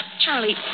Charlie